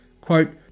Quote